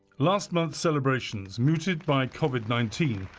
last month's celebrations, muted by covid nineteen,